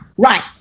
Right